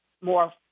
more